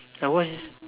I watched